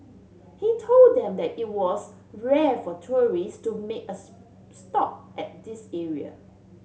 he told them that it was rare for tourists to make a stop at this area